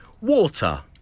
Water